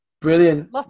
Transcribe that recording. brilliant